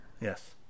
Yes